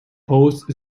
post